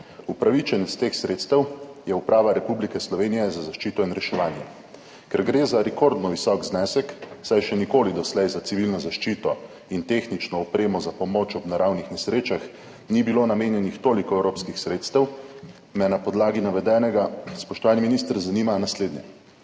Upravičenec teh sredstev je Uprava Republike Slovenije za zaščito in reševanje. Gre za rekordno visok znesek, saj še nikoli doslej za civilno zaščito in tehnično opremo za pomoč ob naravnih nesrečah ni bilo namenjenih toliko evropskih sredstev. Na podlagi navedenega in ker je obdobje